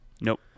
Nope